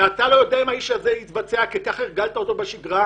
ואתה לא יודע אם הנמען קרא כי ככה הרגלת אותו בשגרה.